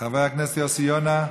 חבר הכנסת יוסי יונה,